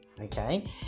okay